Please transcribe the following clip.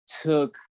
took